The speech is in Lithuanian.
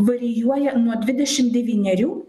varijuoja nuo dvidešim devynerių